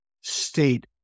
state